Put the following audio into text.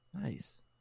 Nice